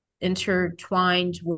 intertwined